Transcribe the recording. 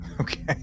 okay